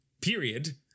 period